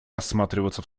рассматриваться